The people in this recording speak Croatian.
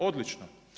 Odlično.